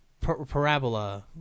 Parabola